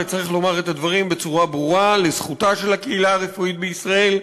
וצריך לומר את הדברים בצורה ברורה לזכותה של הקהילה הרפואית בישראל,